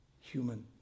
human